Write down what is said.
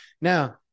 Now